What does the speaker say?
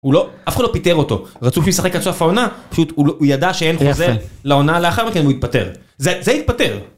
הוא לא, אף אחד לא פיטר אותו, רצוי כי הוא ישחק עד סוף העונה, פשוט הוא, הוא ידע שאין, יפה, חוזה לעונה לאחר מכן, הוא התפטר, זה, זה התפטר.